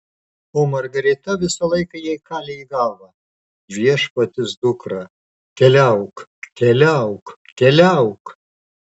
o margarita visą laiką jai kalė į galvą viešpaties dukra keliauk keliauk keliauk